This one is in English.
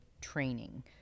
training